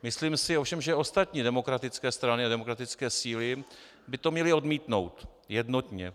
Myslím si ovšem, že ostatní demokratické strany a demokratické síly by to měly odmítnout jednotně.